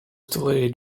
delayed